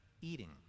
eating